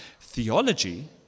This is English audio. Theology